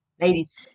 ladies